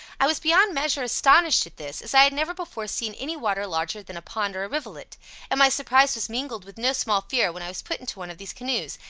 i was beyond measure astonished at this, as i had never before seen any water larger than a pond or a rivulet and my surprise was mingled with no small fear when i was put into one of these canoes,